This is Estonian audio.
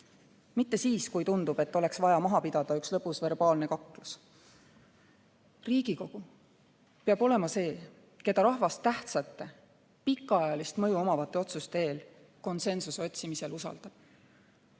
Mitte siis, kui tundub, et oleks vaja maha pidada üks lõbus verbaalne kaklus. Riigikogu peab olema see, keda rahvas tähtsate ja pikaajalist mõju omavate otsuste eel konsensuse otsimisel usaldab.